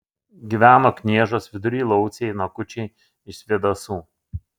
gyveno kniežos vidury lauciai nakučiai iš svėdasų